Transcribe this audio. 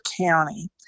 County